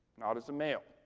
not as a male.